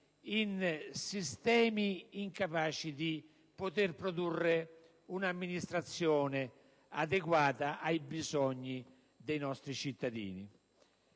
in sistemi incapaci di poter produrre una amministrazione adeguata ai bisogni dei nostri cittadini.